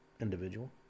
individual